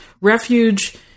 refuge